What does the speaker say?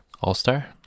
All-Star